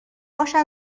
باشد